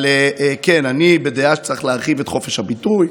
אבל כן, אני בדעה שצריך להרחיב את חופש הביטוי.